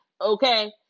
Okay